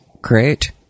Great